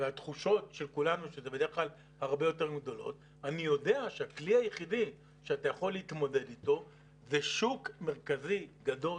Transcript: אני יודע שהכלי היחידי שאתה יכול להתמודד אתו הוא שוק מרכזי גדול.